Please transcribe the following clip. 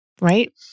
right